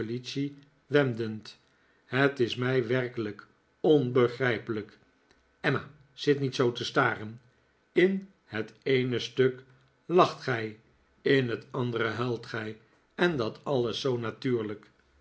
wendend het is mij werkelijk onbegrijpelijk emma zit niet zoo te staren in het eene stuk lacht gij in het andere huilt gij en dat alles zoo natuurlijk